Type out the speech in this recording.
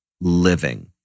living